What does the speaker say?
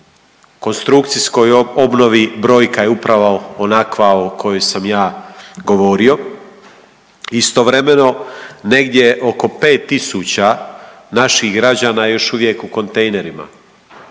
konstrukcijskoj obnovi brojka je upravo onakva o kojoj sam ja govorio. Istovremeno negdje oko 5000 naših građana je još uvijek u kontejnerima